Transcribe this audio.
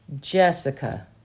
Jessica